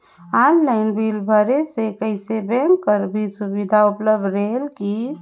Online bill भरे से कइसे बैंक कर भी सुविधा उपलब्ध रेहेल की?